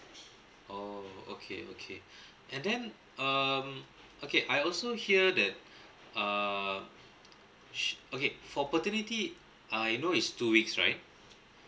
oh okay okay and then um okay I also hear that uh su~ okay for paternity I know is two weeks right